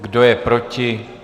Kdo je proti?